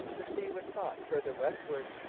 the sea was sought farther westward.